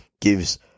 gives